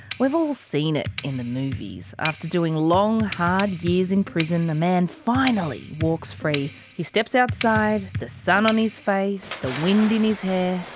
we've all seen it in the movies. after doing long hard years in prison, a man finally walks free. he steps outside, the sun on his face, the wind in his hair.